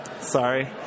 Sorry